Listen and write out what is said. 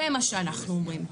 זה מה שאנחנו אומרים.